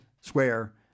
square